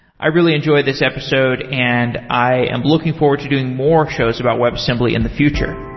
i really enjoyed this episode and i am looking forward to doing more shows about web assembly in the future